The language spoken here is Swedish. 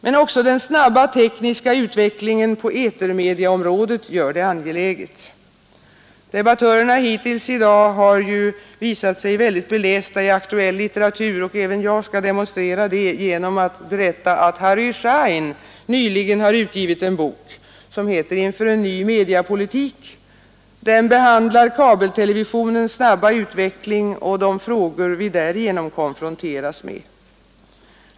Men också den snabba tekniska utvecklingen på etermediaområdet gör det angeläget. Debattörerna hittills i dag har visat sig mycket belästa i aktuell litteratur, och även jag skall demonstrera en sådan beläsenhet genom att berätta att Harry Schein nyligen utgivit en bok som hgter Inför en ny mediapolitik. Den behandlar kabeltelevisionens snabba utveckling och de frågor vi därigenom konfronteras med.